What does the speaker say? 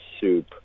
soup